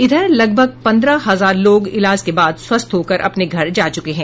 इधर लगभग पन्द्रह हजार लोग इलाज के बाद स्वस्थ होकर अपने घर जा चुके हैं